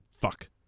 fuck